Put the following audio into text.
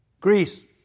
Greece